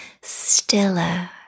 stiller